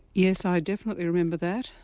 yes i definitely remember that.